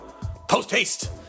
Post-haste